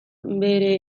bere